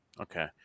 okay